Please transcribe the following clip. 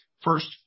First